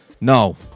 No